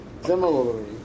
Similarly